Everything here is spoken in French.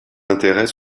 intérêts